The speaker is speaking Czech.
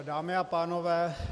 Dámy a pánové.